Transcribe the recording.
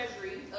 treasury